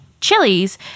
chilies